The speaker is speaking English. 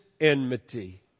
enmity